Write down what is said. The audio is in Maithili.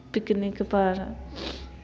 पिकनिकपर